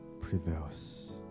prevails